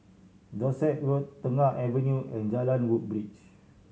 Dorset Road Tengah Avenue and Jalan Woodbridge